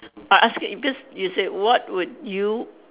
I ask it because you said what would you